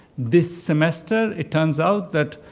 this semester, it turns out that